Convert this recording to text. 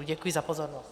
Děkuji za pozornost.